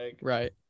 Right